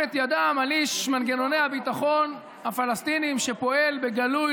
את ידם על איש מנגנוני הביטחון הפלסטיניים שפועל בגלוי,